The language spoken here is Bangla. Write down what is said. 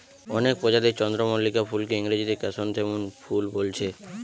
অনেক প্রজাতির চন্দ্রমল্লিকা ফুলকে ইংরেজিতে ক্র্যাসনথেমুম ফুল বোলছে